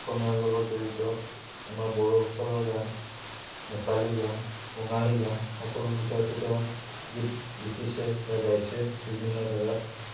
অসমীয়াৰ লগত জড়িত আমাৰ বড়োসকলৰ গান নেপালী গান বঙালী গান সকলো বিষয়তে তেওঁ গীত লিখিছে বা গাইছে বিভিন্ন জাগাত